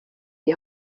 die